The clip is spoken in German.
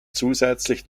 zusätzlich